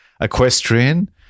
Equestrian